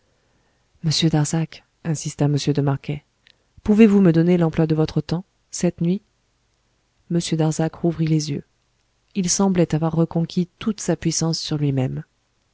insista m de marquet pouvez-vous me donner l'emploi de votre temps cette nuit m darzac rouvrit les yeux il semblait avoir reconquis toute sa puissance sur lui-même